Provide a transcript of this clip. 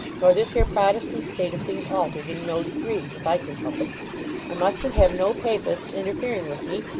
nor this here protestant state of things altered in no degree, if i can help it i mustn't have no papists interfering with me,